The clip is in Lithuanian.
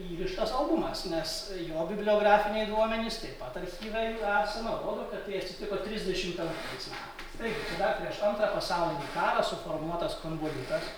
įrištas albumas nes jo bibliografiniai duomenys taip pat archyve jų esama rodo kad tai atsitiko trisdešim penktais metais taigi tai dar prieš antrą pasaulinį karą suformuotas konvoliutas